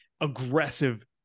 aggressive